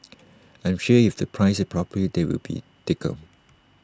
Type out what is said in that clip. I'm sure if they price IT properly there will be takers